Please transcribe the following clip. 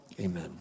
amen